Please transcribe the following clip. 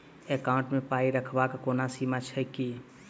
Account मे पाई रखबाक कोनो सीमा छैक की?